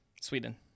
Sweden